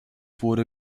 wurde